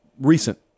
recent